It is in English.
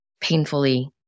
painfully